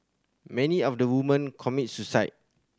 many of the women commit suicide